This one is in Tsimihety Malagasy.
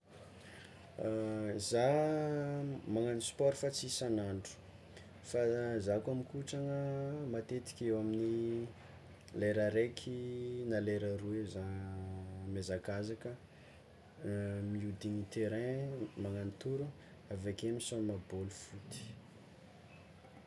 Zah magnagno sport fa tsy isagn'andro fa zah koa mikotragna matetiky eo amin'ny lera raiky na lera roa eo zah miazakazaka mihodigny terrain magnagno toro avake misaoma bôly foty.